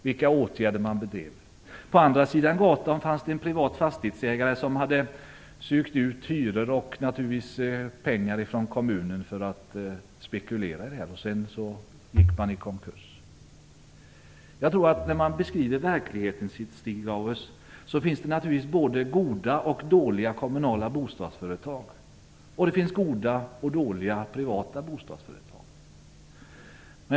På andra sidan gatan fanns en privat fastighetsägare som hade ägnat sig åt utsugning av hyror och skaffat pengar från kommunen för att kunna spekulera i affärerna, och sedan gick man i konkurs. Det finns i verkligheten, Stig Grauers, naturligtvis både goda och dåliga kommunala bostadsföretag, och det finns goda och dåliga privata bostadsföretag.